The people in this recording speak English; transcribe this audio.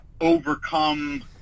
overcome